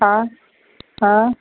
हा हा